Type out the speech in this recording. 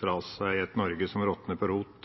fra seg et Norge som råtner på rot,